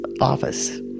office